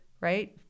right